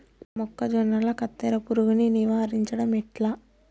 మొక్కజొన్నల కత్తెర పురుగుని నివారించడం ఎట్లా?